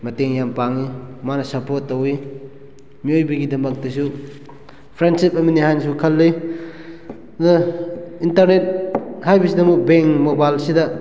ꯃꯇꯦꯡ ꯌꯥꯝ ꯄꯥꯡꯉꯤ ꯃꯥꯅ ꯁꯞꯄꯣꯔꯠ ꯇꯧꯋꯤ ꯃꯤꯑꯣꯏꯕꯒꯤꯗꯃꯛꯇꯁꯨ ꯐ꯭ꯔꯦꯟꯁꯤꯞ ꯑꯃꯅꯦ ꯍꯥꯏꯅꯁꯨ ꯈꯜꯂꯤ ꯑꯗꯨꯒ ꯏꯟꯇꯔꯅꯦꯠ ꯍꯥꯏꯕꯁꯤꯗꯃꯨꯛ ꯕꯦꯡ ꯃꯣꯕꯥꯏꯜꯁꯤꯗ